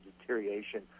deterioration